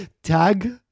Tag